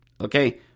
Okay